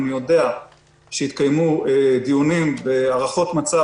אני יודע שהתקיימו דיונים והערכות מצב